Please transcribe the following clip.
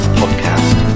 podcast